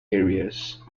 areas